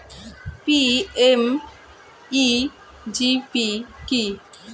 PMEGP কি?